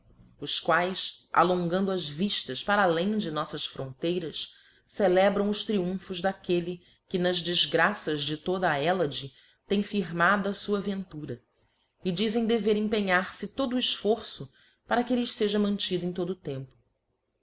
os quaes alongando as viftas para além de noffas fronteiras celebram os triumphos d'aquelle que nas defgraças de toda a hellade tem firmada a fua ventura e dizem dever empenhar fe todo o efforço para que lhes feja mantida em todo o tempo